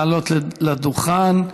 לעלות לדוכן.